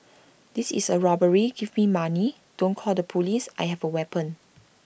this is A robbery give me money don't call the Police I have A weapon